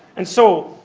and so,